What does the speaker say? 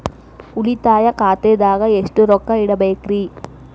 ಉಳಿತಾಯ ಖಾತೆದಾಗ ಎಷ್ಟ ರೊಕ್ಕ ಇಡಬೇಕ್ರಿ?